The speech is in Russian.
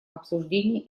обсуждения